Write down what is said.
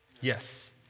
Yes